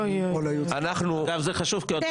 סוסים טרויאנים היו לנו, זה מה